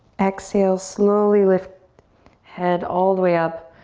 exhale, slowly lift head all the way up,